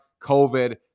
COVID